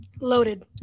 Loaded